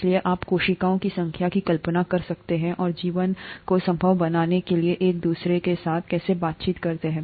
इसलिए आप कोशिकाओं की संख्या की कल्पना कर सकते हैं और जीवन को संभव बनाने के लिए वे एक दूसरे के साथ कैसे बातचीत करते हैं